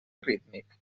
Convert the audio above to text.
rítmic